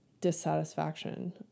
dissatisfaction